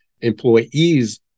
employees